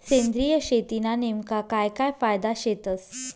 सेंद्रिय शेतीना नेमका काय काय फायदा शेतस?